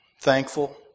thankful